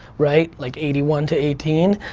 right? like eighty one to eighteen,